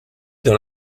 dans